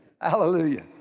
Hallelujah